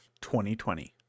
2020